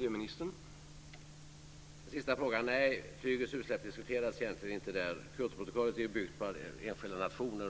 Herr talman! Nej, flygets utsläpp diskuterades egentligen inte. Kyotoprotokollet är byggt på att enskilda nationer